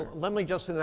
let me just. and